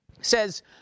Says